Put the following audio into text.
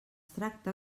tracta